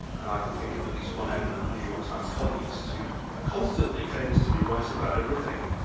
and i can think of at least one eminent new york times columnist who constantly claims to be right about everything,